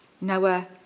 Noah